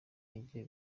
hagiye